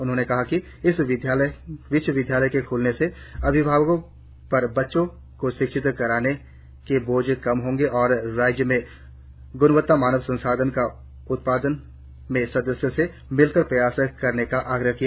उन्होंने कहा कि इस विश्वविद्यालय के खुलने से अभिभावकों पर बच्चों को शिक्षित करने के बोझ कम होगी और राज्य में गुणवत्ता मानव संसाधनों का उत्पादन में सदस्यों से मिलकर प्रयास करने का आग्रह किया